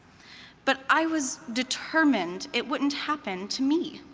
but i was determined it wouldn't happen to me.